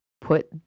put